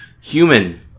Human